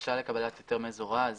שהבקשה לקבלת היתר מזורז,